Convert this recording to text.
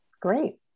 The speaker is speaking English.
Great